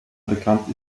bekannt